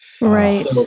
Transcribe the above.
Right